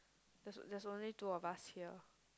there's there's only two of us here